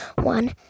one